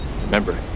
Remember